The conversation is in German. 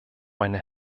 meine